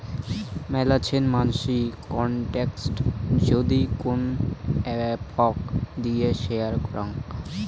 মেলাছেন মানসি কন্টাক্ট যদি কোন এপ্ দিয়ে শেয়ার করাং